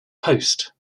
post